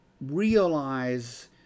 realize